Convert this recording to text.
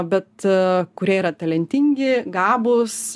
bet kurie yra talentingi gabūs